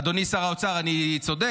אדוני שר האוצר, אני צודק?